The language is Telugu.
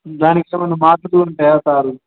దానికి సంబంధం మాత్రలు ఉంటాయా సారు